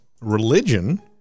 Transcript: religion